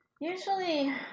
Usually